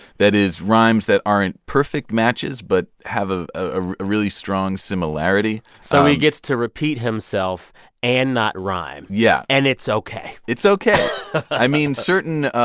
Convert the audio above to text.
that is, rhymes that aren't perfect matches but have a ah really strong similarity so he gets to repeat himself and not rhyme yeah and it's ok it's ok i mean, certain,